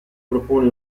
propone